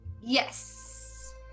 Yes